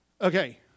okay